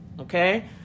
okay